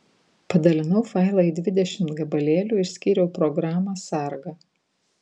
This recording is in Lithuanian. padalinau failą į dvidešimt gabalėlių išskyriau programą sargą